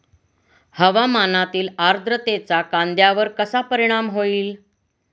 हवामानातील आर्द्रतेचा कांद्यावर कसा परिणाम होईल?